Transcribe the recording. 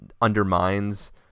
undermines –